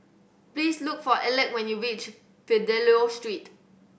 please look for Alek when you reach Fidelio Street